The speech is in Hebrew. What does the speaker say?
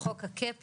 חוק הקאפ,